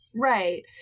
Right